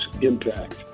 impact